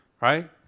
right